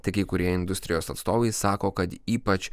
tai kai kurie industrijos atstovai sako kad ypač